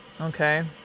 okay